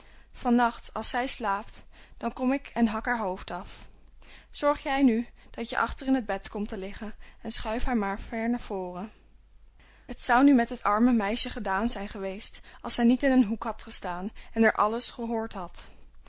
nacht als zij slaapt dan kom ik en hak haar hoofd af zorg jij nu dat je achter in het bed komt te liggen en schuif haar maar ver naar voren het zou nu met het arme meisje gedaan zijn geweest als zij niet in een hoek had gestaan en er alles gehoord had